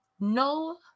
no